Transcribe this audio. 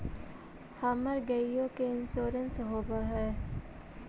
हमर गेयो के इंश्योरेंस होव है?